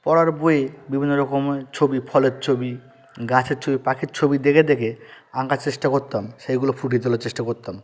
পড়ার বইয়ে বিভিন্ন রকমে ছবি ফলের ছবি গাছের ছবি পাখির ছবি দেখে দেখে আঁকার চেষ্টা করতাম সেইগুলো ফুটিয়ে তোলার চেষ্টা করতাম